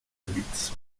gebiets